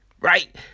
Right